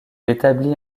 établit